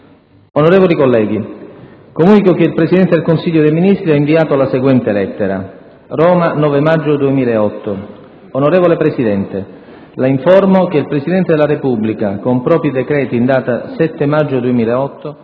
Onorevoli colleghi, comunico che il Presidente del Consiglio dei ministri ha inviato la seguente lettera: «Roma, 9 maggio 2008 Onorevole Presidente, La informo che il Presidente della Repubblica, con propri decreti in data 7 maggio 2008,